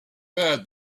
bad